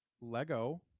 lego